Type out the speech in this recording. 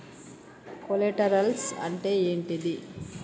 Collaterals అంటే ఏంటిది?